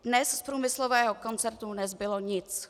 Dnes z průmyslového koncernu nezbylo nic.